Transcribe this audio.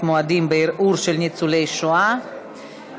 מועדים בערעור של ניצולי שואה (תיקוני חקיקה).